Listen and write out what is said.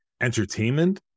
entertainment